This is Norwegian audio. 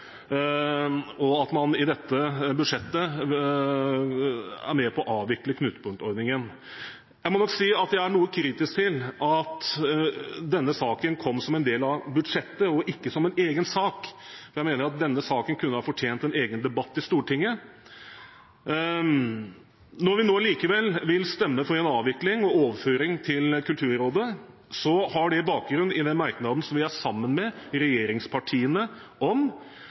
med på å avvikle knutepunktordningen. Jeg må nok si at jeg er noe kritisk til at denne saken kom som en del av budsjettet og ikke som en egen sak. Jeg mener at denne saken kunne ha fortjent en egen debatt i Stortinget. Når vi nå likevel vil stemme for en avvikling og overføring til Kulturrådet, har det bakgrunn i den merknaden som vi er sammen med regjeringspartiene om.